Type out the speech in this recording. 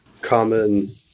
common